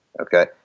okay